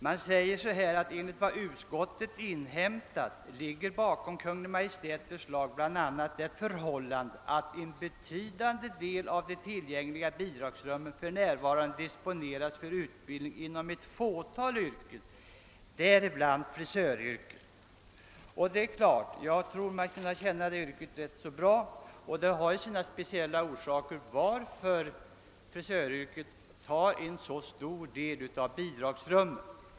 Man skriver så här: »Enligt vad utskottet inhämtat ligger bakom Kungl. Maj:ts förslag bl.a. det förhållandet att en betydande del av de tillgängliga bidragsrummen för närvarande disponeras för utbildning inom ett fåtal yrken däribland frisöryrket ———.« Jag tror mig känna detta yrke ganska bra och anser att det finns speciella orsaker till att frisöryrket upptar en så stor del av bidragsrummen.